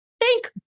thank